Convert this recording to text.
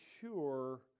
sure